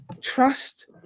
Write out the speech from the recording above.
trust